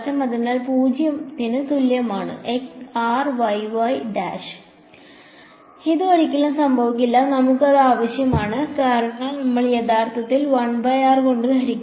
അതിനാൽ 0 ന് തുല്യമായ ഇത് ഒരിക്കലും സംഭവിക്കില്ല നമുക്ക് അത് ആവശ്യമാണ് കാരണം നമ്മൾ യഥാർത്ഥത്തിൽ കൊണ്ട് ഹരിക്കുന്നു